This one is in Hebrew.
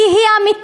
כי היא אמיתית.